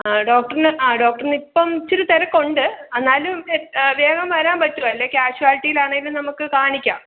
ഡോക്ടറിന് ഡോക്ടറിനിപ്പം ഇത്തിരി തിരക്കുണ്ട് എന്നാലും വേഗം വരാന് പറ്റുമോ അല്ലെങ്കിൽ കാഷ്വാല്റ്റിയിൽ ആണെങ്കിലും നമുക്ക് കാണിക്കാം